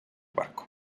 barco